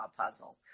puzzle